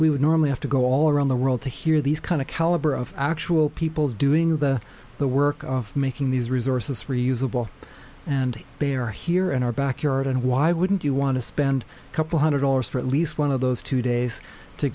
we would normally have to go all around the world to hear these kind of caliber of actual people doing the the work of making these resources reusable and they are here in our backyard and why wouldn't you want to spend a couple hundred dollars for at least one of those two days to